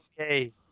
Okay